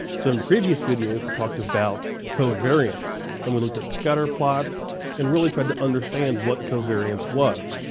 so in previous videos, we talked about covariance and we looked at scatterplots and really tried to understand what covariance was.